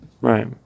Right